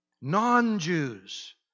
non-Jews